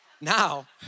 now